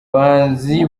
bahanzi